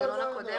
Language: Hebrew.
למנגנון הקודם.